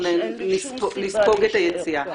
אנחנו נספוג את היציאה.